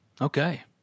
Okay